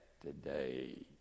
today